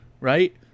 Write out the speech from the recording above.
right